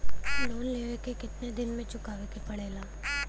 Loan लेवे के कितना दिन मे चुकावे के पड़ेला?